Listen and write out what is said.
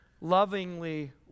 lovingly